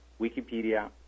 Wikipedia